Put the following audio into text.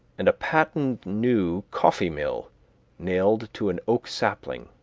and a patent new coffee-mill nailed to an oak sapling,